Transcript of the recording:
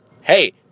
Hey